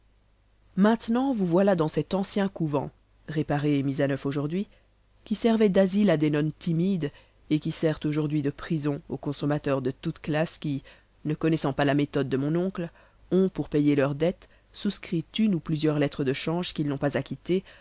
maintenant vous voilà dans cet ancien couvent réparé et mis à neuf aujourd'hui qui servait d'asile à des nonnes timides et qui sert aujourd'hui de prison aux consommateurs de toutes classes qui ne connaissant pas la méthode de mon oncle ont pour payer leurs dettes souscrit une ou plusieurs lettres de change qu'ils n'ont pas acquittées